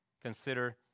Consider